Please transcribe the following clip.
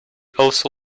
also